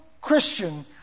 Christian